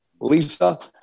Lisa